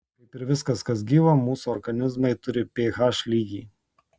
kaip ir viskas kas gyva mūsų organizmai turi ph lygį